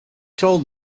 told